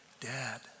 dad